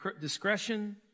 discretion